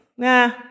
Nah